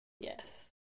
yes